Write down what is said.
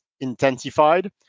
intensified